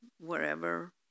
wherever